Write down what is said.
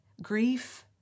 Grief